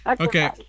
Okay